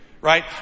right